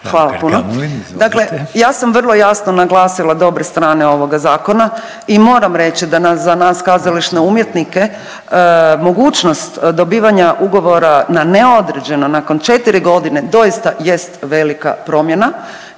(Možemo!)** Dakle, ja sam vrlo jasno naglasila dobre strane ovoga zakona i moram reći da za nas kazališne umjetnike mogućnost dobivanja ugovora na neodređeno nakon četiri godine doista jest velika promjena